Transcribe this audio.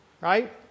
Right